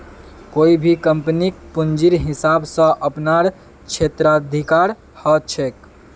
कोई भी कम्पनीक पूंजीर हिसाब स अपनार क्षेत्राधिकार ह छेक